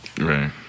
right